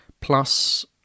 Plus